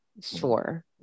sure